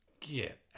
Get